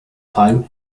time